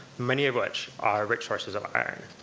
many of which are rich sources of iron.